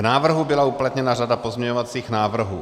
K návrhu byla uplatněna řada pozměňovacích návrhů.